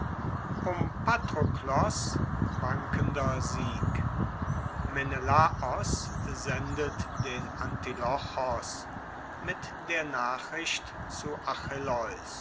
um patroklos wankender sieg menelaos sendet den antilochos mit der nachricht zu